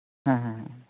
ᱦᱮᱸ ᱦᱮᱸ ᱦᱮᱸ